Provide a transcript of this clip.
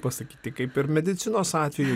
pasakyti kaip ir medicinos atveju